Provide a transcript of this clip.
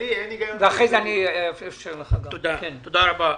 תודה רבה.